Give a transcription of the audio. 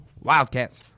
Wildcats